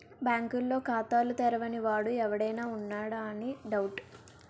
బాంకుల్లో ఖాతాలు తెరవని వాడు ఎవడైనా ఉన్నాడా అని డౌటు